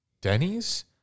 Denny's